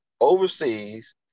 overseas